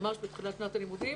ממש בתחילת שנת הלימודים,